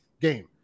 game